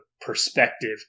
perspective